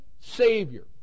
Savior